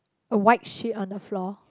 a white sheet on the floor